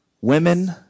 women